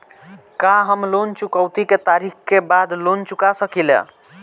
का हम लोन चुकौती के तारीख के बाद लोन चूका सकेला?